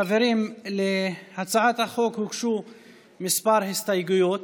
חברים, להצעת החוק הוגשו כמה הסתייגויות.